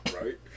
right